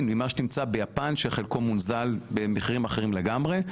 ממה שתמצא ביפן שחלקו מונזל במחירים אחרים לגמרי.